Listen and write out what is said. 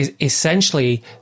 essentially